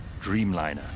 Dreamliner